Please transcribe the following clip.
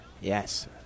Yes